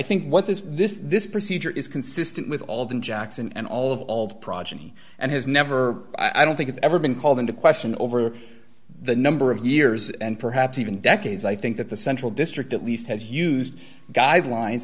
think what this this this procedure is consistent with all of the jacks and all of old progeny and has never i don't think it's ever been called into question over the number of years and perhaps even decades i think that the central district at least has used guidelines